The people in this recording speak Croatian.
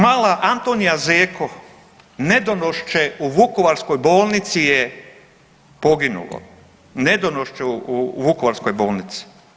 Mali, mala Antonija Zeko nedonošče u vukovarskoj bolnici je poginulo, nedonošče u vukovarskoj bolnici.